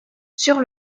sur